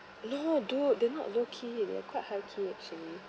no dude they're not low-key they're quite high-key actually